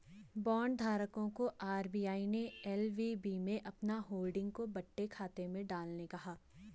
bond धारकों को RBI ने एल.वी.बी में अपनी होल्डिंग को बट्टे खाते में डालने कहा